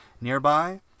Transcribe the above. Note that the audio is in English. Nearby